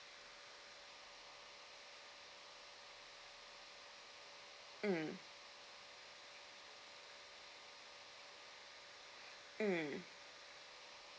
mm mm